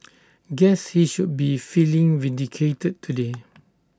guess he should be feeling vindicated today